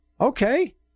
okay